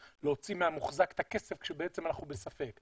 להוציא מהמוחזק את הכסף כשבעצם אנחנו בספק.